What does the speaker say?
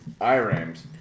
I-Rams